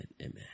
amen